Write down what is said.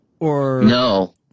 No